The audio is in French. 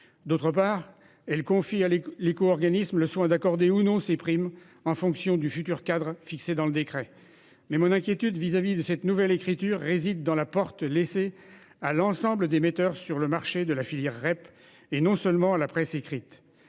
a choisi de confier à l'éco-organisme le soin d'accorder ou non ces primes en fonction du futur cadre fixé dans le décret. Mais mon inquiétude vis-à-vis de cette nouvelle écriture réside dans la porte laissée ouverte à l'ensemble des metteurs sur le marché de la filière REP, et pas seulement à la presse écrite.